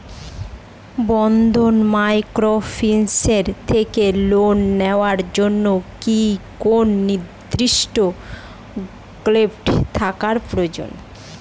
বন্ধন microfinance থেকে loan নেওয়ার জন্য কি কোন নির্দিষ্ট গ্রুপে থাকা প্রয়োজন?